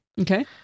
Okay